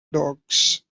dogs